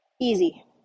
Easy